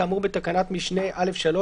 כאמור בתקנת משנה (א)(3),